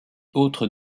autres